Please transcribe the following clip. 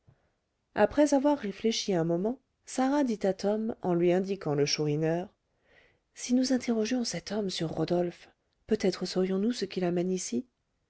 après avoir réfléchi un moment sarah dit à tom en lui indiquant le chourineur si nous interrogions cet homme sur rodolphe peut-être saurions nous ce qui l'amène ici